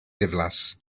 ddiflas